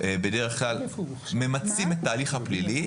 בדרך כלל ממצים את ההליך הפלילי,